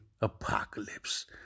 apocalypse